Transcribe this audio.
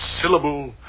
syllable